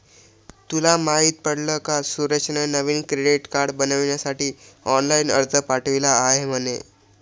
तुला माहित पडल का सुरेशने नवीन क्रेडीट कार्ड बनविण्यासाठी ऑनलाइन अर्ज पाठविला आहे म्हणे